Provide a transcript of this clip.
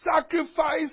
Sacrifice